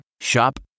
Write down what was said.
Shop